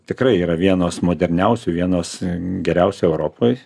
tikrai yra vienos moderniausių vienos geriausių europoj